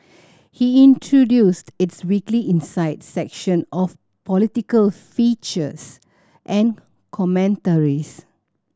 he introduced its weekly Insight section of political features and commentaries